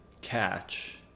catch